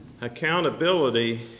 Accountability